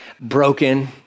broken